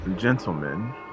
gentlemen